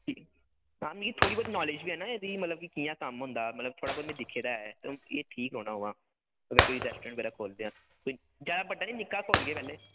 तां भी थोह्ड़ी बोह्ती नालेज ते ऐ न की कि'यां कम्म होंदा मतलब थोडा बोह्ता दिक्खे दा ऐ एह् ठीक रौह्ना उ'यां कोई रैस्टोरैंट बगैरा खोलना कोई जादा बड्डा निं निक्का गै खोलनें आं पैह्ले